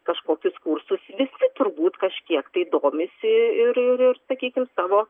kažkokius kursus visi turbūt kažkiek tai domisi ir ir ir sakykim savo